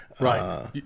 Right